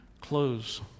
close